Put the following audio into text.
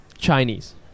Chinese